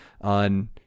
on